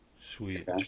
sweet